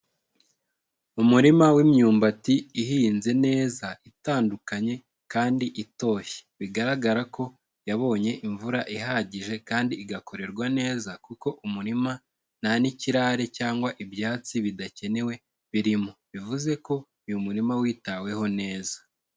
Umurima w'imyumbati ihinze neza itandukanye kandi itoshye, bigaragara ko yabonye imvura ihagije kandi igakorerwa neza kuko umurima nta n'ikirare cyangwa ibyatsi bidakenewe birimo, bivuze ko uyu murima witaweho neza.